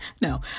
No